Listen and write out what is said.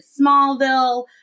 Smallville